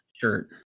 shirt